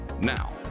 Now